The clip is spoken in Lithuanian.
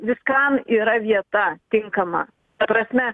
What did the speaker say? viskam yra vieta tinkama ta prasme